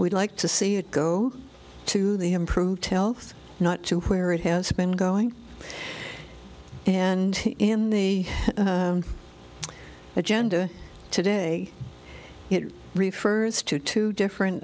we'd like to see it go to the improved health not to where it has been going and in the agenda today it refers to two different